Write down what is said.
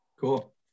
cool